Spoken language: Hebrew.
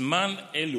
זמן אלול,